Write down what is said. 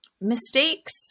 mistakes